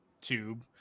tube